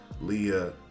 Leah